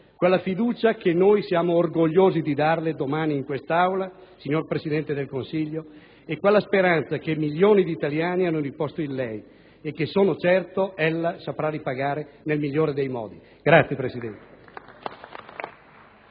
quella fiducia che noi siamo orgogliosi di darle domani in quest'Aula, signor Presidente del Consiglio, e quella speranza che milioni di italiani hanno riposto in lei e che, sono certo, ella saprà ripagare nel migliore dei modi. *(Applausi